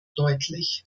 deutlich